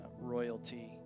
royalty